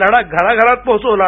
लढा घराघरात पोहोचला